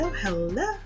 hello